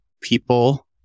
people